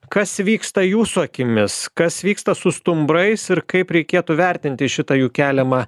kas vyksta jūsų akimis kas vyksta su stumbrais ir kaip reikėtų vertinti šitą jų keliamą